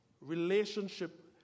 relationship